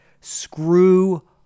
screw